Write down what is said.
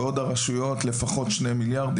ועוד לפחות 2 מיליארד מהרשויות,